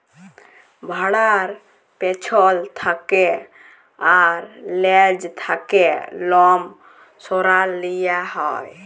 ভ্যাড়ার পেছল থ্যাকে আর লেজ থ্যাকে লম সরাঁয় লিয়া হ্যয়